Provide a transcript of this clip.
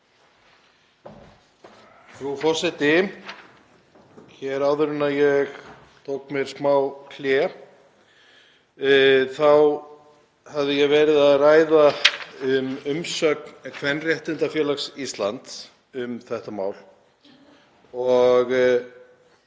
Frú forseti. Hér áður en ég tók mér smá hlé hafði ég verið að ræða umsögn Kvenréttindafélags Íslands um þetta mál. Ég